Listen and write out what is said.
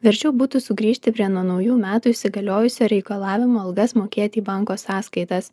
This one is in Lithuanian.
verčiau būtų sugrįžti prie nuo naujų metų įsigaliojusio reikalavimo algas mokėti į banko sąskaitas